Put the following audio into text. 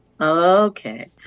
Okay